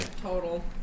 Total